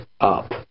up